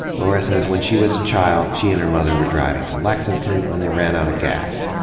lora says when she was a child, she and her mother were driving to lexington when they ran out of gas. um,